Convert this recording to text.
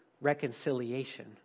reconciliation